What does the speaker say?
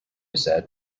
said